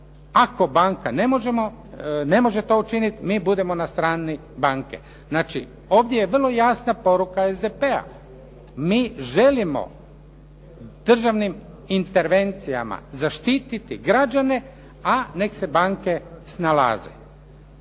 ako banka ne može to učiniti, mi budemo na strani banke. Znači, ovdje je vrlo jasna poruka SDP-a. Mi želimo državnim intervencijama zaštititi građane, a nek se banke snalaze.